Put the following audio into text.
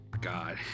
God